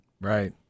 Right